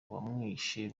wamwishe